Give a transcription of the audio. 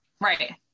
Right